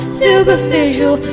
superficial